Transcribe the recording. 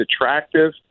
attractive